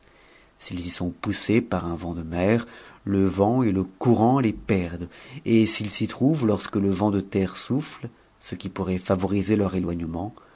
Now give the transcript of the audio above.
s'ils y sont poussés par un vent de mer le vent et le courant les perdent et s'ils s'y trouvent lorsque le vent de terre soume ce qui pourrait iavoriser leur éloignement